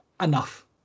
enough